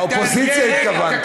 האופוזיציה, התכוונתי.